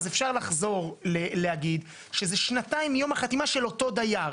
אפשר לחזור להגיד שזה שנתיים מיום החתימה של אותו דייר.